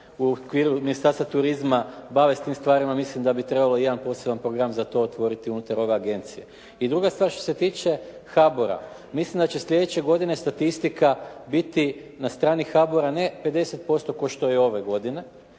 u okviru Ministarstva turizma bave s tim stvarima mislim da bi trebalo i jedan poseban program za to otvoriti unutar ove agencije. I druga stvar što se tiče HABOR-a mislim da će sljedeće godine statistika biti na strani HABOR-a ne 50% ko što je ove godine